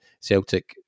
Celtic